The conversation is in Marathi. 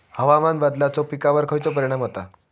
हवामान बदलाचो पिकावर खयचो परिणाम होता?